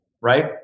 right